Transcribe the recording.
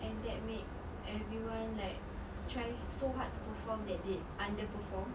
and that make everyone like try so hard to perform that they underperform